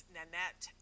Nanette